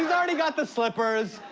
and already got the slippers.